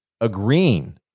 agreeing